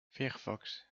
firefox